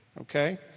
okay